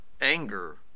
Anger